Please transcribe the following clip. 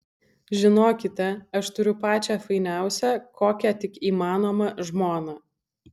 žinokite aš turiu pačią fainiausią kokią tik įmanoma žmoną